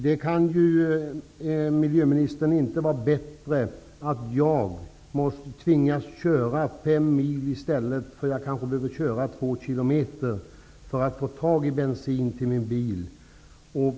Det kan ju, miljöministern, inte vara bättre att jag tvingas köra 5 mil för att få tag på bensin till min bil i stället för kanske 2 km.